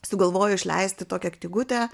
sugalvojo išleisti tokią knygutę